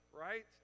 right